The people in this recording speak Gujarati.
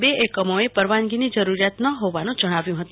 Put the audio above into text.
બે એકમોએ પરવાનગીની જરૂરિયાત ન હોવાનું જણાવ્યું છે